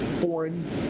foreign